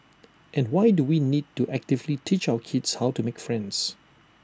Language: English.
and why do we need to actively teach our kids how to make friends